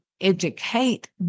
educate